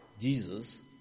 Jesus